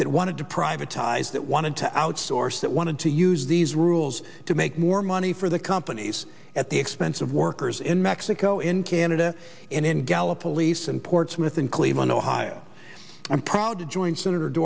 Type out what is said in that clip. that wanted to privatized it wanted to outsource that wanted to use these rules to make more money for the companies at the expense of workers in mexico in canada and in gallup police in portsmouth and cleveland ohio i'm proud to join sen